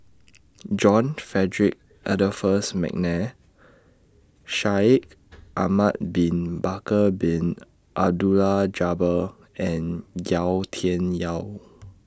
John Frederick Adolphus Mcnair Shaikh Ahmad Bin Bakar Bin Abdullah Jabbar and Yau Tian Yau